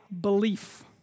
belief